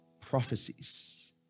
prophecies